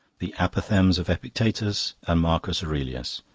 the apophthegms of epictetus and marcus aurelius,